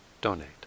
donate